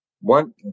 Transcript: one